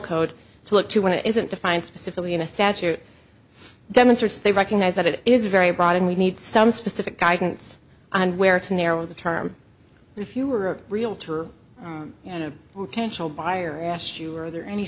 code to look to when it isn't defined specifically in a statute demonstrates they recognize that it is very broad and we need some specific guidance on where to narrow the term if you were a realtor and a tensional buyer asked you were there any